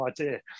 idea